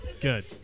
good